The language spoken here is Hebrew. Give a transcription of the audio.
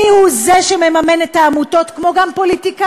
מי הוא זה שמממן את העמותות כמו גם פוליטיקאים.